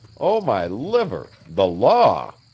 oh, my liver the law!